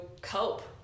cope